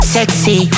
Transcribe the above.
Sexy